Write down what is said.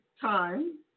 time